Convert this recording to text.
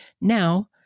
now